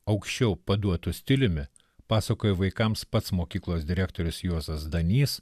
aukščiau paduotu stiliumi pasakoja vaikams pats mokyklos direktorius juozas danys